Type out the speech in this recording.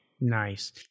Nice